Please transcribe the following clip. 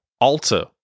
alter